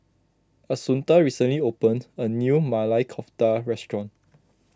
Assunta recently opened a new Maili Kofta restaurant